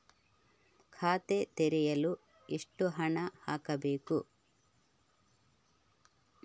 ಖಾತೆ ತೆರೆಯಲು ಎಷ್ಟು ಹಣ ಹಾಕಬೇಕು?